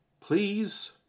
Please